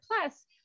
plus